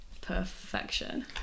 perfection